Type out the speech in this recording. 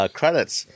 credits